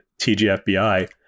TGFBI